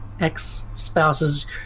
Ex-spouse's